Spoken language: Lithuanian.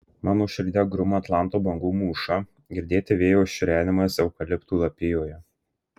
mano širdyje gruma atlanto bangų mūša girdėti vėjo šiurenimas eukaliptų lapijoje